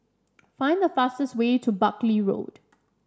find the fastest way to Buckley Road